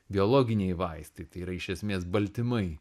biologiniai vaistai tai yra iš esmės baltymai